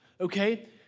okay